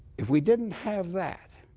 if we didn't have that,